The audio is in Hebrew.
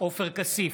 עופר כסיף,